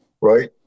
Right